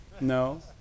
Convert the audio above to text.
No